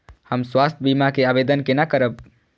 हम स्वास्थ्य बीमा के आवेदन केना करब?